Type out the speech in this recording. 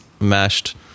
mashed